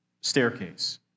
staircase